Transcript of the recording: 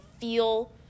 feel